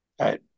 Right